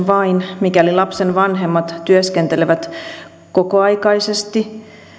vain mikäli lapsen vanhemmat työskentelevät kokoaikaisesti